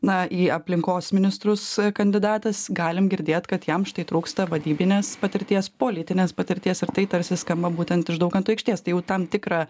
na į aplinkos ministrus kandidatas galim girdėt kad jam štai trūksta vadybinės patirties politinės patirties ir tai tarsi skamba būtent iš daukanto aikštės tai jau tam tikrą